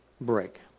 break